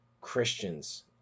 Christians